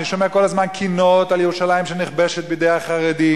אני שומע כל הזמן קינות על ירושלים שנכבשת בידי החרדים.